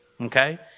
okay